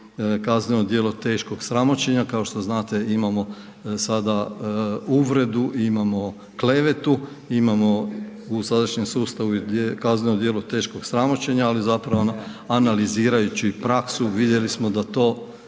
kazneno djelo teškog sramoćenja, kao što znate, imamo sada uvredu, imamo klevetu, imamo u sadašnjem sustavu kazneno djelo teškog sramoćenja ali zapravo analizirajući praksu, vidjeli smo da se